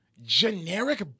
generic